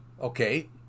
okay